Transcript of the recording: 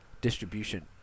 distribution